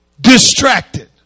distracted